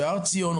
שער ציון,